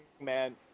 man